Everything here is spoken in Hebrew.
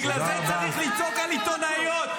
בגלל זה צריך לצעוק על עיתונאיות?